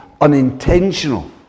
unintentional